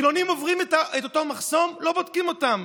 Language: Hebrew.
חילונים עוברים את אותו מחסום, לא בודקים אותם.